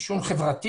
עישון חברתי,